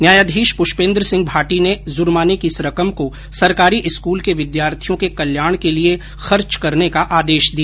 न्यायाधीश पुष्पेंद्रसिंह भाटी ने जुर्माने की इस रकम को सरकारी स्कूल के विद्यार्थियों के कल्याण के लिये खर्च करने का आदेश दिया